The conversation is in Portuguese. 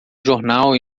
jornal